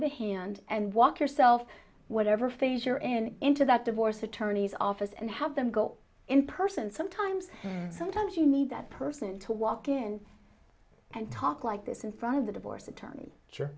the hand and walk yourself whatever phase you're in into that divorce attorneys office and have them go in person sometimes sometimes you need that person to walk in and talk like this in front of the divorce attorneys sure